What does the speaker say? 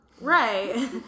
Right